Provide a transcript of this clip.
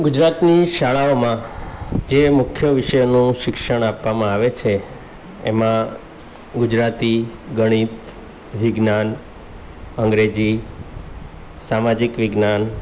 ગુજરાતની શાળાઓમાં જે મુખ્ય વિષયનું શિક્ષણ આપવામાં આવે છે એમાં ગુજરાતી ગણિત વિજ્ઞાન અંગ્રેજી સામાજિક વિજ્ઞાન